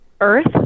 Earth